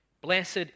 blessed